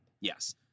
Yes